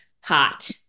hot